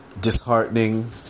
disheartening